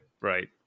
right